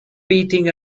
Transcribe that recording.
beating